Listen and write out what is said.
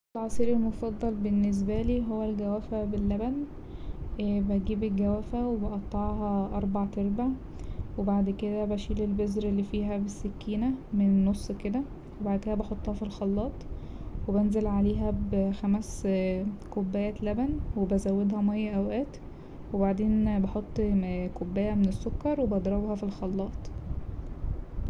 العصير المفضل بالنسبالي هو الجوافة باللبن، بجيب الجوافة وبقطعها أربع تربع وبعد كده بشيل البذراللي فيها بالسكينة من النص كده وبعد كده بحطها في الخلاط وبنزل عليها بخمس كوبايات لبن وبزودها مايه أوقات وبعدين بحط كوباية من السكر وبضربها في الخلاط.